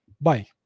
Bye